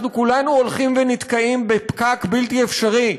אנחנו כולנו הולכים ונתקעים בפקק בלתי אפשרי,